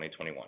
2021